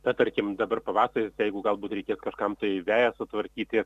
na tarkim dabar pavasaris jeigu galbūt reikia kažkam tai veją sutvarkyti